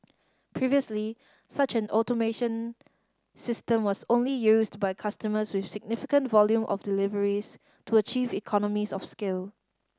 previously such an automation system was only used by customers with significant volume of deliveries to achieve economies of scale